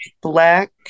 black